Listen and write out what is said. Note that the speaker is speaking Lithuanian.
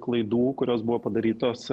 klaidų kurios buvo padarytos